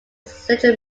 central